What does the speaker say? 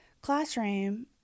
classroom